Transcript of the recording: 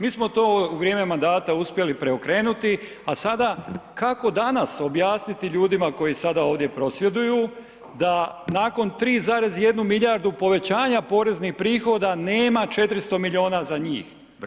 Mi smo to u vrijeme mandata uspjeli preokrenuti a sada kako danas objasniti ljudima koji sada ovdje prosvjeduju da nakon 3,1 milijardu povećanja poreznih prihoda nema 400 milijuna za njih.